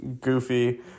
goofy